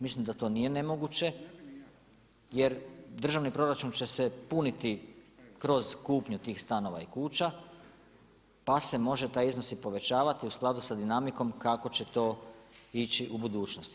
Mislim da to nije nemoguće jer državni proračun će se puniti kroz kupnju tih stanova i kuća pa se može taj iznos i povećavati u skladu sa dinamikom kako će to ići u budućnosti.